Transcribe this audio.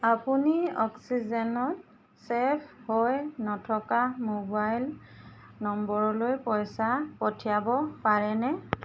আপুনি অক্সিজেনত ছে'ভ হৈ নথকা ম'বাইল নম্বৰলৈ পইচা পঠিয়াব পাৰেনে